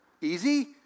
Easy